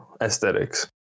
aesthetics